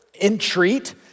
entreat